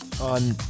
on